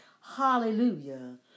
Hallelujah